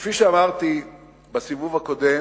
כפי שאמרתי בסיבוב הקודם,